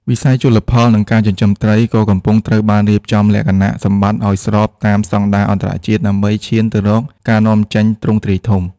វិស័យជលផល និងការចិញ្ចឹមត្រី ក៏កំពុងត្រូវបានរៀបចំលក្ខណៈសម្បត្តិឱ្យស្របតាមស្ដង់ដារអន្តរជាតិដើម្បីឈានទៅរកការនាំចេញទ្រង់ទ្រាយធំ។